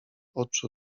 oczu